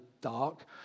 dark